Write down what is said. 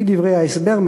לפי דברי ההסבר,